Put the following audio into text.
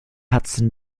hudson